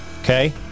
okay